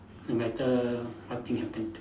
no matter something happen to